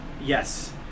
Yes